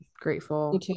grateful